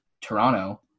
Toronto